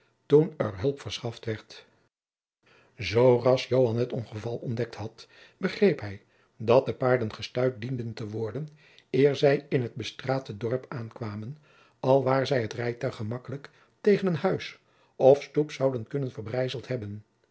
toen er hulp verschaft werd zooras joan het ongeval ontdekt had begreep hij dat de paarden gestuit dienden te worden eer zij in het bestraatte dorp aankwamen aljacob van lennep de pleegzoon waar zij het rijtuig gemakkelijk tegen een huis of stoep zouden kunnen verbrijzeld hebben